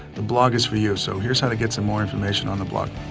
the blog is for you. so here's how to get some more information on the blog.